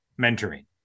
mentoring